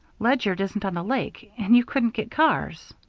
ledyard isn't on the lake and you couldn't get cars.